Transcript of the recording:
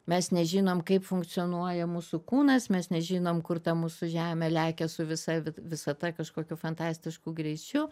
mes nežinom kaip funkcionuoja mūsų kūnas mes nežinom kur ta mūsų žemė lekia su visa visata kažkokiu fantastišku greičiu